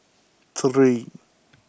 three